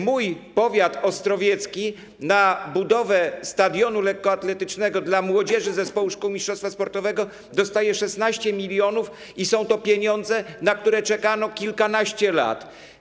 Mój powiat ostrowiecki na budowę stadionu lekkoatletycznego dla młodzieży z zespołu szkół mistrzostwa sportowego dostaje 16 mln i są to pieniądze, na które czekano kilkanaście lat.